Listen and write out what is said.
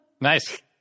Nice